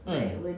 mm